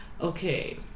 okay